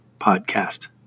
Podcast